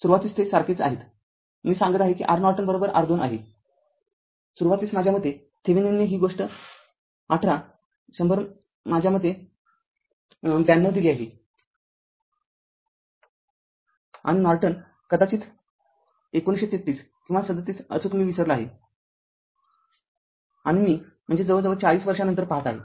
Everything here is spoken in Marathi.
सुरुवातीस ते सारखेच आहेत मी सांगत आहे की R Norton R २आहे सुरुवातीस माझ्या मते थेविनिनने ही गोष्ट अठरा १०० माझ्या मते ९२ दिली आहे आणि नॉर्टन कदाचित १९३३ किंवा ३७ अचूक मी विसरलो आहे आणि मी म्हणजे जवळजवळ ४० वर्षांनंतर पाहत आहे